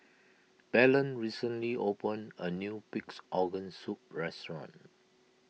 Belen recently opened a new Pig's Organ Soup restaurant